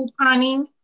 couponing